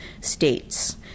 states